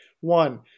one